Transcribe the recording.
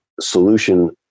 solution